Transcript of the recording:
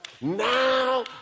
Now